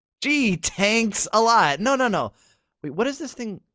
gee tanks alot no no no. wait what does this thing